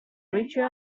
richer